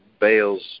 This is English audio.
bales